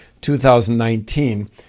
2019